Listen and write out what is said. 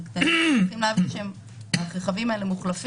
אנחנו צריכים לעשות ניתוח מאוד מורכב